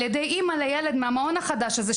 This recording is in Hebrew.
על ידי אימא מהמעון החדש הזה,